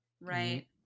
right